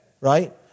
right